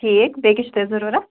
ٹھیٖک بیٚیہِ کیٛاہ چھُو تۄہہِ ضروٗرت